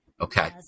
Okay